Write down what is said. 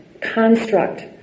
construct